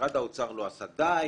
משרד האוצר לא עשה די